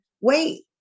wait